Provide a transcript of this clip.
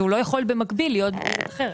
הוא לא יכול במקביל להיות במקום אחר.